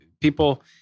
people